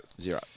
zero